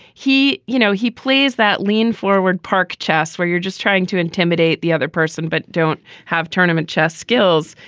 he you know, he plays that lean forward park chest where you're just trying to intimidate the other person but don't have tournament chess skills.